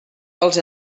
pels